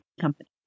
company